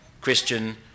Christian